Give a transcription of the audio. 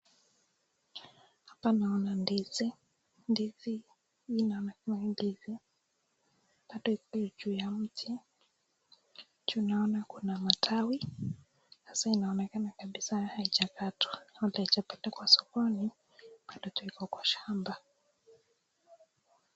Hapa naona ndizi, ndizi inaonekana mbichi bado iko juu ya mti, juu naona kuna matawi hasa inaonekana kabisaa haijakaatwa bado haijaekwa kwa sokoni, bado haijatoka kwa shamba.